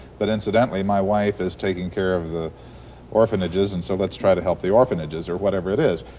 but incidentally, my wife is taking care of the orphanages and so lets try to help the orphanages, or whatever it is.